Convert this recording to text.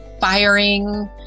firing